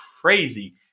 crazy